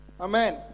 Amen